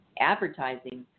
advertising